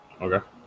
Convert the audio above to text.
Okay